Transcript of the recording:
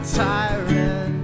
tyrant